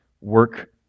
work